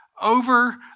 over